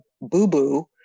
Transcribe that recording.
boo-boo